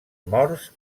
morts